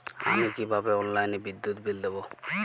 আমি কিভাবে অনলাইনে বিদ্যুৎ বিল দেবো?